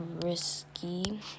risky